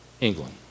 England